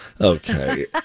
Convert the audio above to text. Okay